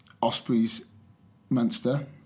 Ospreys-Munster